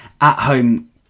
at-home